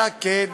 אלא כן,